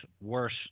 worse